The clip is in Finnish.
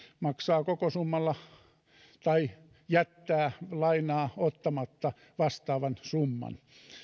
maksaa koko summalla lainaa tai jättää lainaa ottamatta vastaavan summan